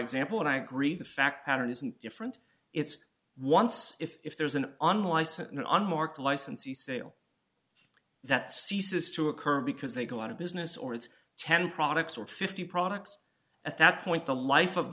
example and i agree the fact pattern isn't different it's once if there's an unlicensed unmarked licensee sale that ceases to occur because they go out of business or it's ten products or fifty products at that point the life of